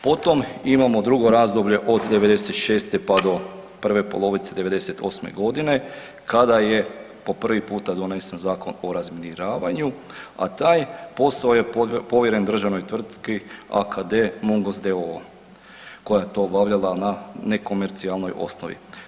Potom imamo drugo razdoblje od 96. pa do prve polovice 98. godine kada je po prvi puta donesen Zakon o razminiravanju, a taj posao je povjeren državnoj tvrtki AKD Mungos d.o.o., koja je to obavljala na nekomercijalnoj osnovi.